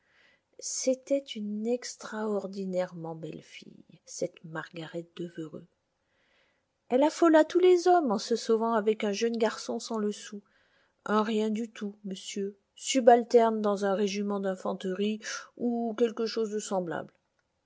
c'était une extraordinairement belle fille cette margaret devereux elle affola tous les hommes en se sauvant avec un jeune garçon sans le sou un rien du tout monsieur subalterne dans un régiment d'infanterie ou quelque chose de semblable